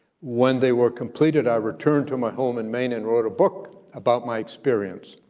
when they were completed, i returned to my home in maine and wrote a book about my experience.